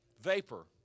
vapor